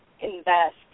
invest